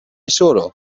solo